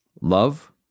love